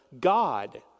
God